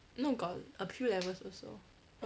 no got a few levels also